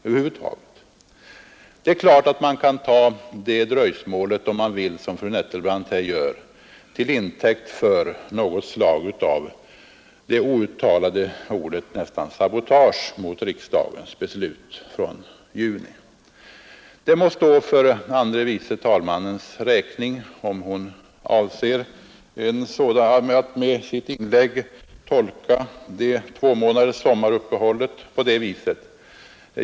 Självfallet kan man, som fru Nettelbrandt här gör, ta detta dröjsmål till intäkt för ett påstående att det nära nog förekommit något slags — även om det ordet inte uttalades — sabotage mot riksdagens beslut i juni. Det må stå för fru andre vice talmannens räkning, om hon avser att med sitt inlägg tolka det två månaders sommaruppehållet på det viset.